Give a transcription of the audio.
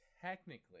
technically